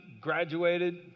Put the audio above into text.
graduated